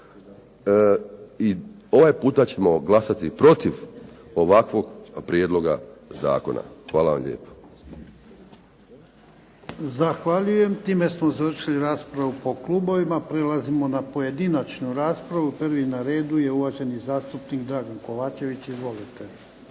i ovaj puta ćemo glasati protiv ovakvog prijedloga zakona. Hvala vam lijepo. **Jarnjak, Ivan (HDZ)** Zahvaljujem. Time smo završili raspravu po klubovima. Prelazimo na pojedinačnu raspravu, prvi na redu je uvaženi zastupnik Dragan Kovačević. Izvolite.